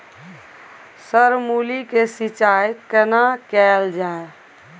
Sir मूली के सिंचाई केना कैल जाए?